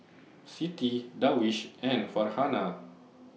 Siti Darwish and Farhanah